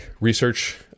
research